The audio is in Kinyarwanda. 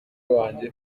wanjye